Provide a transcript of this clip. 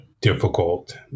difficult